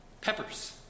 peppers